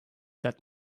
that